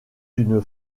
d’une